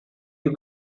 you